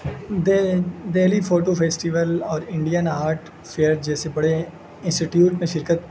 Delhi photo festival اور Indian art fair جیسے بڑے انسٹیٹیوٹ میں شرکت